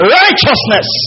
righteousness